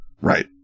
Right